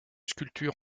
sculpture